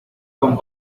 con